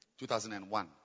2001